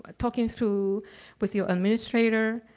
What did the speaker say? ah talking through with your administrator,